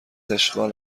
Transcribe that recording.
اشغال